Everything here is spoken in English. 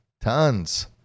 tons